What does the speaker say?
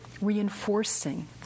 reinforcing